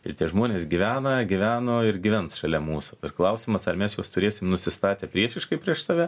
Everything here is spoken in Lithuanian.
ir tie žmonės gyvena gyveno ir gyvens šalia mūsų ir klausimas ar mes juos turėsim nusistatę priešiškai prieš save